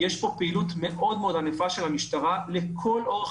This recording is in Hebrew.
יש פעילות מאוד מאוד ענפה של המשטרה לאורך